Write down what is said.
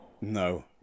No